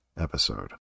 episode